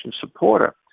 supporter